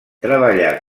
treballà